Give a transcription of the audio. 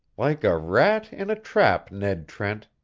like a rat in a trap, ned trent!